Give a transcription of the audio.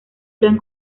gran